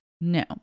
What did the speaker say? No